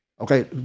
Okay